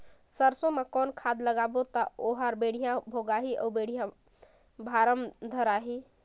सरसो मा कौन खाद लगाबो ता ओहार बेडिया भोगही अउ बेडिया फारम धारही?